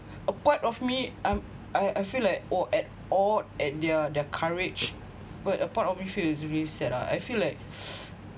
a part of me um I I feel like oh at awed at their courage but a part of me feels really sad I feel like